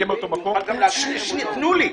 תנו לי.